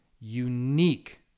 unique